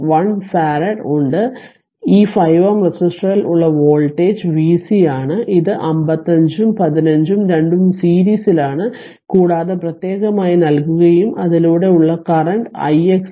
1 farad ഉണ്ട് ഈ 5 Ω റെസിസ്റ്റരിൽ ഉള്ള വോൾട്ടേജ് Vc ആണ് ഇത് 55 ഉം 15 ഉം രണ്ടും സീരീസിലാണ് കൂടാതെ പ്രത്യേകമായി നൽകുകയും അതിലൂടെ ഉള്ള കറന്റ് ix